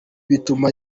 bituma